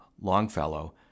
Longfellow